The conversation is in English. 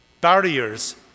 barriers